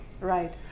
Right